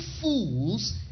fools